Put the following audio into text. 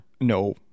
No